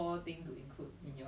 for me is like !wah!